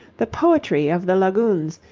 the poetry of the lagoons,